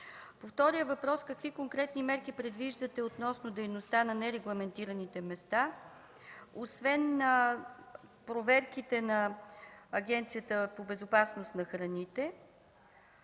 втория въпрос: какво конкретни мерки предвиждаме относно дейността на нерегламентирани места, освен проверките на Българската агенция по безопасност на храните,